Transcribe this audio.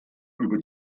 über